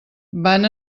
van